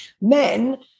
Men